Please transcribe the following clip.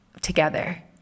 together